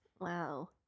Wow